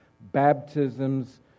baptisms